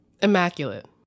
immaculate